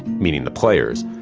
meaning the players,